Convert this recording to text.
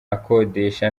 akodesha